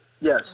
Yes